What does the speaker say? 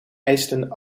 eisten